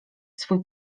swój